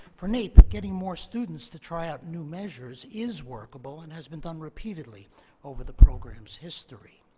for naep, getting more students to try out new measures is workable and has been done repeatedly over the program's history.